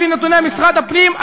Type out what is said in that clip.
לפי נתוני משרד הפנים.